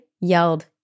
yelled